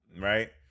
Right